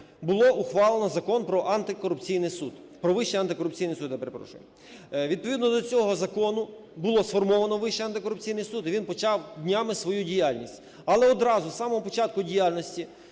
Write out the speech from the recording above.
суд, "Про Вищий антикорупційний суд", я перепрошую. Відповідно до цього закону було сформовано Вищий антикорупційний суд, і він почав днями свою діяльність. Але одразу з самого початку діяльності